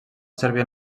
servir